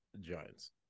Giants